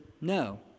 no